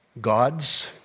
gods